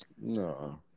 No